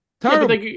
Terrible